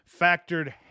factored